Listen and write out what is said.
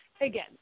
again